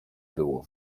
było